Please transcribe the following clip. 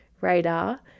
radar